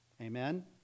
Amen